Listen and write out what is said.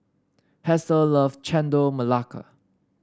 Hester loves Chendol Melaka